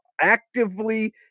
actively